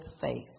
faith